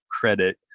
credit